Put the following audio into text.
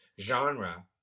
genre